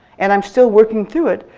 and i'm still working through it,